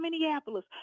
Minneapolis